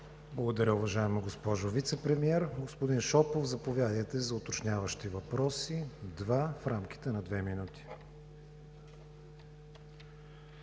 Благодаря, уважаема госпожо Вицепремиер. Господин Шопов, заповядайте за два уточняващи въпроса в рамките на две минути.